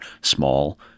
small